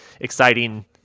exciting